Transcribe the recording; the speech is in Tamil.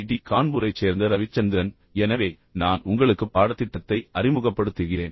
டி கான்பூரைச் சேர்ந்த ரவிச்சந்திரன் எனவே நான் உங்களுக்கு பாடத்திட்டத்தை அறிமுகப்படுத்துகிறேன்